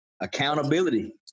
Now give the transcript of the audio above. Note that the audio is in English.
Accountability